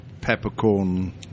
peppercorn